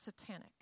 satanic